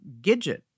Gidget